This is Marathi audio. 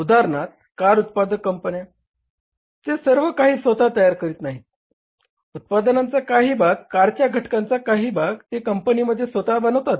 उदाहरणार्थ कार उत्पादक कंपन्या ते सर्व काही स्वतः तयार करत नाहीत उत्पादनांचा काही भाग कारच्या घटकांचा काही भाग ते कंपनीमध्ये स्वतः बनवतात